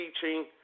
teaching